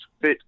fit